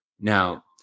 Now